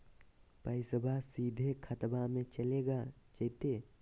पैसाबा सीधे खतबा मे चलेगा जयते?